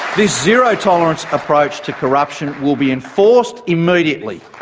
this zero tolerance approach to corruption will be enforced immediately.